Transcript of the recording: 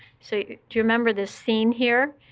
so you remember this scene here?